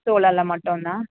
சோலோவில் மட்டும்தான்